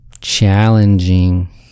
Challenging